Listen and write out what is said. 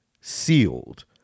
sealed